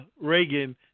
Reagan